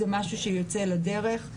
זה משהו שיוצא לדרך.